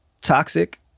toxic